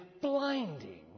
blinding